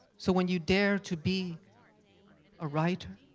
so when you dare to be a writer,